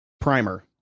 primer